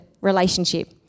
relationship